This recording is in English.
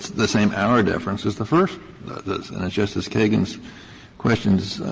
the same auer deference as the first, and justice kagan's questions